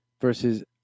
versus